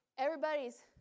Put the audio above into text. Everybody's